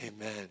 amen